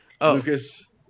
Lucas